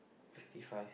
fifty five